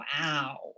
wow